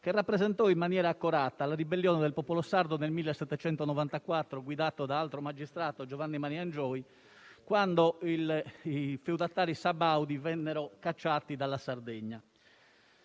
che rappresentò in maniera accorata la ribellione del popolo sardo nel 1794 guidato da altro magistrato, Giovanni Maria Angioy, quando i feudatari sabaudi vennero cacciati dalla Sardegna.